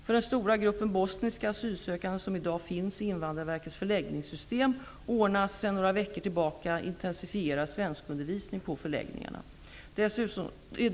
För den stora gruppen bosniska asylsökande som i dag finns i Invandrarverkets förläggningssystem ordnas sedan några veckor tillbaka intensifierad svenskundervisning på förläggningarna.